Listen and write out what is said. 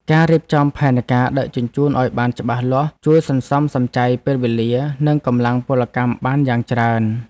ការរៀបចំផែនការដឹកជញ្ជូនឱ្យបានច្បាស់លាស់ជួយសន្សំសំចៃពេលវេលា និងកម្លាំងពលកម្មបានយ៉ាងច្រើន។